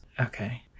Okay